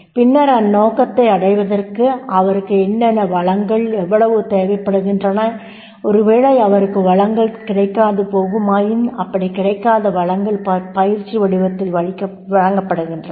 பின்னர் அந்நோக்கத்தை அடைவதற்கு அவருக்கு என்னென்ன வளங்கள் எவ்வளவு தேவைப்படுகின்றன ஒருவேளை அவருக்கு வளங்கள் கிடைக்காதுபோகுமாயின் அப்படிக் கிடைக்காத வளங்கள் பயிற்சி வடிவத்தில் வழங்கப்படுகின்றன